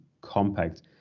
compact